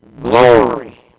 glory